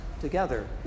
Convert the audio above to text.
together